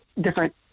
different